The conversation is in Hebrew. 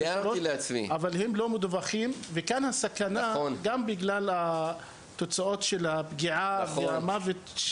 אבל אי הדיווח על העובדים הוא גם מסוכן במקרים של פגיעה ושל מוות.